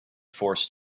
forced